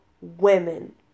women